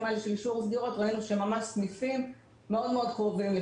האלה של אישור סגירות ראינו סניפים מאוד מאוד קרובים,